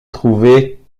trouver